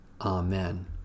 Amen